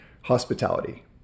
hospitality